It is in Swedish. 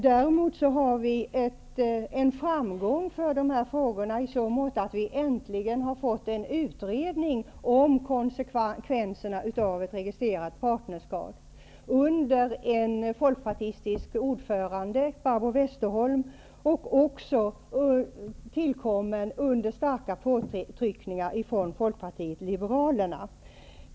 Däremot har vi nått framgång i dessa frågor i så måtto att vi äntligen får en utredning om konsekvenserna av ett registrerat partnerskap under en folkpartistisk ordförande, Barbro Westerholm, och tillkommen under starka påtryckningar från Folkpartiet liberalerna.